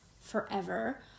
forever